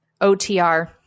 OTR